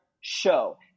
show